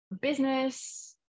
business